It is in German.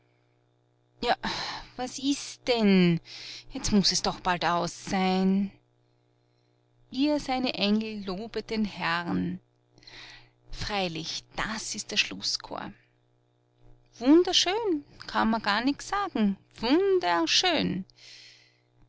ja was ist denn jetzt muß es doch bald aus sein ihr seine engel lobet den herrn freilich das ist der schlußchor wunderschön da kann man gar nichts sagen wunderschön